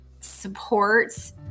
supports